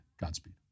Godspeed